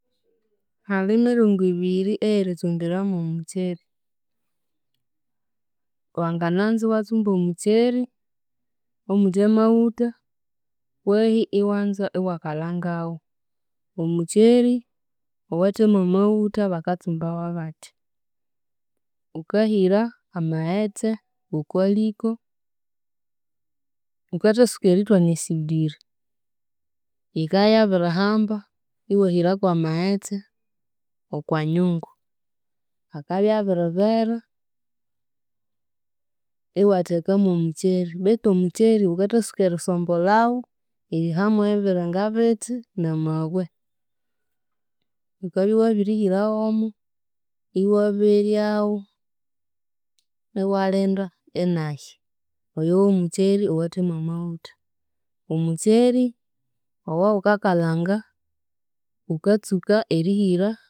Hali miringo ibiri ey'eritsumbiramo omukyeri, wangananza iwatsumba omukyeri omuthe amaghutha, kwehi iwanza iwakalhangawu, omukyeri owathe mwa maghutha bakatsumba w'abathya; wukahira amaghetse w'okwa liko, wukathatsuka erithwana esigiri, yikabya y'abirihamba, iwahira kw'amaghetse okwa nyungu, akabya abiri bera, iwathekamo omukyeri, betu omukyeri wukathatsuka erisombolhawu eriha mw'ebiringa bithi n'amabwe, wukabya wabirihira w'omo, iwaberyawu, iwalinda inahya, oyo w'omukyeri owathe mwa maghutha, omukyeri owawukakalhanga wukatsuka erihira-.